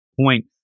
point